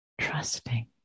Trusting